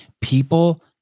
People